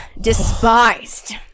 Despised